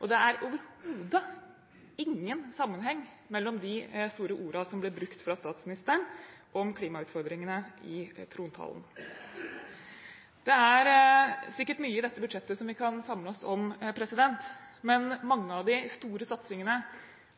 Og det er overhodet ingen sammenheng mellom dette og de store ordene som ble brukt fra statsministeren om klimautfordringene i trontaledebatten. Det er sikkert mye i dette budsjettet som vi kan samle oss om, men mange av de store satsingene